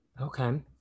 okay